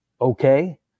okay